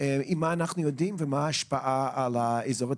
מה אנחנו יודעים ומה ההשפעה על האזור,